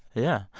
yeah.